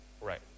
Right